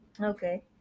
Okay